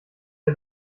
der